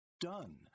done